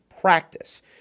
practice